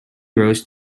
rose